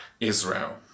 Israel